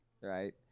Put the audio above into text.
right